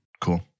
Cool